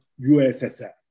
USSR